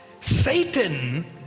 Satan